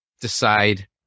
decide